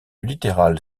littoral